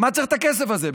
בשביל מה צריך את הכסף הזה,